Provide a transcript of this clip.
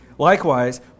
Likewise